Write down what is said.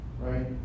Right